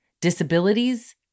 disabilities